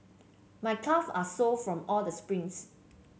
my calve are sore from all the sprints